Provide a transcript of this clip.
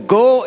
go